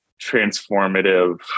transformative